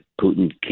Putin